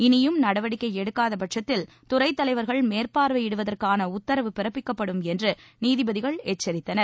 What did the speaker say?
இனியும் நடவடிக்கை எடுக்காத பட்சத்தில் துறைத் தலைவர்கள் மேற்பார்வையிடுவதற்கான உத்தரவு பிறப்பிக்கப்படும் என்று நீதிபதிகள் எச்சரித்தனர்